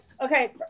okay